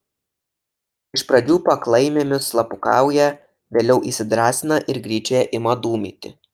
iš pradžių paklaimėmis slapukauja vėliau įsidrąsina ir gryčioje ima dūmyti